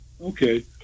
okay